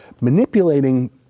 manipulating